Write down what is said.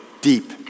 deep